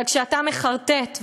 אבל כשאתה מחרטט,